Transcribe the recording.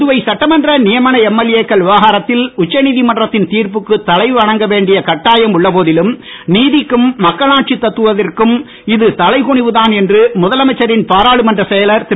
புதுவை சட்டமன்ற நியமன எம்எல்ஏ க்கள் விவகாரத்தில் உச்சநீதிமன்றத்தின் தீர்ப்புக்கு தலை வணங்க வேண்டிய கட்டாயம் உள்ள போதிலும் நீதிக்கும் மக்களாட்சி தத்துவத்திற்கும் இது தலைக் குனிவு தான் என்று முதலமைச்சரின் பாராளுமன்ற செயலர் திரு